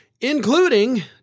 including